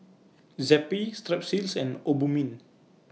Zappy Strepsils and Obimin